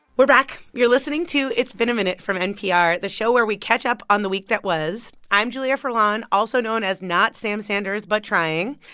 we're back. you're listening to it's been a minute from npr, the show where we catch up on the week that was. i'm julia furlan, also known as not sam sanders but trying,